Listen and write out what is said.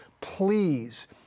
Please